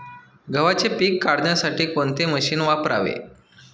गव्हाचे पीक काढण्यासाठी कोणते मशीन वापरावे?